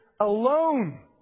alone